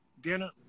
dinner